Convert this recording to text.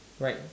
right